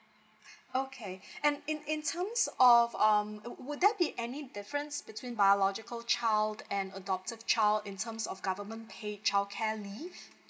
okay and in in terms of um would there be any difference between biological child and adoptive child in terms of government paid childcare leave